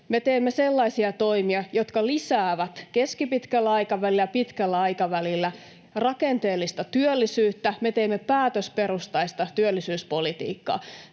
teemme sellaisia toimia, jotka lisäävät keskipitkällä aikavälillä ja pitkällä aikavälillä rakenteellista työllisyyttä. Me teemme päätösperustaista työllisyyspolitiikkaa.